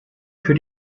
für